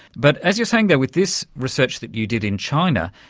but, as you're saying there, with this research that you did in china,